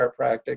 chiropractic